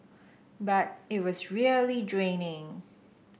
but it was really draining